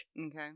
Okay